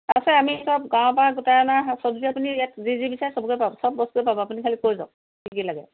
আছে আমি সব গাঁৱৰ পৰা গোটাই অনা চব্জি আছে আপুনি ইয়াত যি যি বিচাৰে সবকে পাব সব বস্তুয়ে পাব আপুনি খালি কৈ যাওক কি কি লাগে